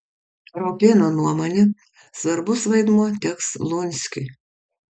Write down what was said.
raupėno nuomone svarbus vaidmuo teks lunskiui